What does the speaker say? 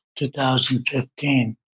2015